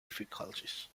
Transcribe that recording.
difficulties